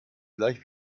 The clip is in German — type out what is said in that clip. gleich